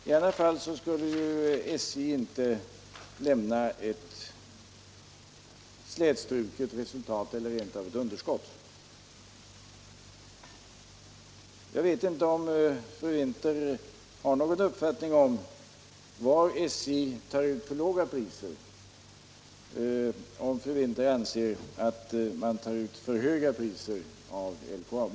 I annat fall skulle ju SJ inte lämna ett slätstruket resultat eller rent av ett underskott. Jag vet inte om fru Winther har någon uppfattning om var SJ tar ut för låga priser, om hon anser att man tar för höga priser av LKAB.